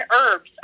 herbs